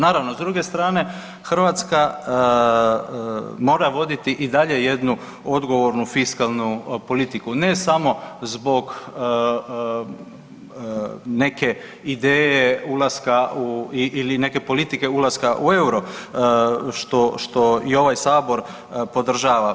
Naravno, s druge strane Hrvatska mora voditi i dalje jednu odgovornu fiskalnu politiku, ne samo zbog neke ideje ulaska u ili neke politike ulaska u Euro, što, što i ovaj sabor podržava.